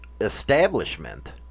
establishment